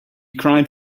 cried